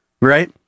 Right